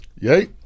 Yay